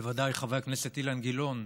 ובוודאי חבר הכנסת אילן גילאון,